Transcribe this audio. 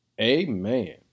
amen